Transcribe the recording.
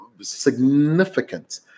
significant